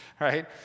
right